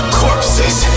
corpses